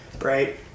right